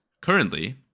currently